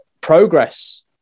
progress